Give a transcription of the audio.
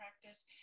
practice